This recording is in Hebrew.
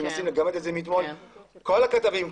כל הכתבים,